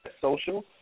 social